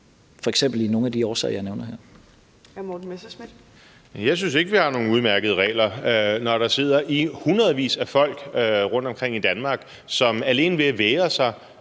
12:27 Morten Messerschmidt (DF): Jeg synes ikke, vi har nogle udmærkede regler, når der sidder i hundredvis af folk rundtomkring i Danmark, som alene ved at vægre sig